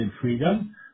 freedom